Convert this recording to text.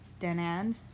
Danan